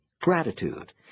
gratitude